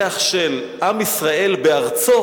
ריח של עם ישראל בארצו,